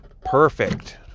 perfect